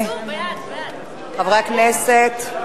חברי הכנסת,